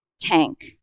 Tank